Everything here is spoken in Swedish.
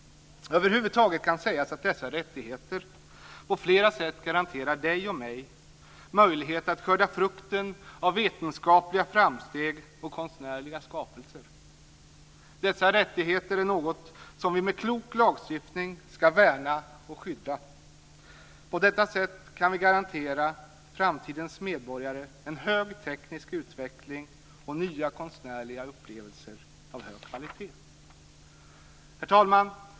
Över huvud taget kan sägas att dessa rättigheter på flera sätt garanterar dig och mig möjlighet att skörda frukten av vetenskapliga framsteg och konstnärliga skapelser. Dessa rättigheter är något som vi med en klok lagstiftning ska värna och skydda. På detta sätt kan vi garantera framtidens medborgare en hög teknisk utveckling och nya konstnärliga upplevelser av hög kvalitet. Herr talman!